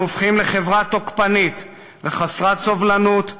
אנחנו הופכים לחברה תוקפנית וחסרת סובלנות,